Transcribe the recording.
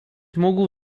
mógł